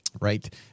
Right